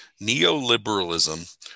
neoliberalism